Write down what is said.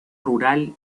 rural